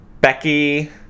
Becky